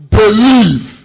believe